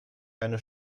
eine